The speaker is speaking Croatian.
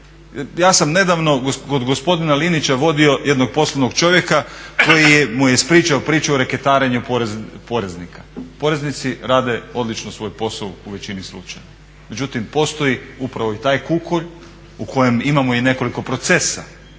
Ja sam nedavno kod gospodina Linića vodio jednog poslovnog čovjeka koji mu je ispričao priču o reketarenju poreznika. Poreznici rade odlično svoj posao u većini slučajeva, međutim postoji upravo i taj kukolj u kojem imamo i nekoliko procesa,